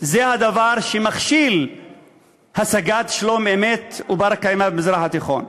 זה הדבר שמכשיל השגת שלום אמת ובר-קיימא במזרח התיכון.